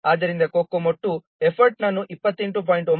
ಆದ್ದರಿಂದ COCOMO II ಎಫರ್ಟ್ನನ್ನು 28